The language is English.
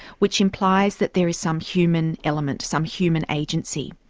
which implies that there is some human element, some human agency.